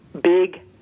big